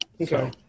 Okay